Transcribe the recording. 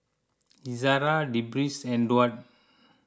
Izara Deris and Daud